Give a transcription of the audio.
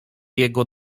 jego